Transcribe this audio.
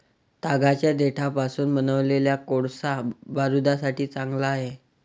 तागाच्या देठापासून बनवलेला कोळसा बारूदासाठी चांगला आहे